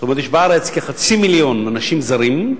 זאת אומרת, יש בארץ כחצי מיליון אנשים זרים,